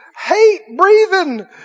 hate-breathing